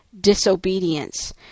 disobedience